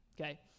Okay